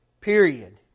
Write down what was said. period